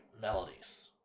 melodies